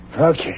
Okay